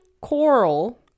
Coral